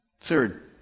Third